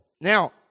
now